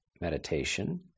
meditation